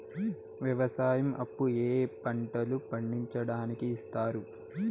వ్యవసాయం అప్పు ఏ ఏ పంటలు పండించడానికి ఇస్తారు?